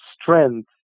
strength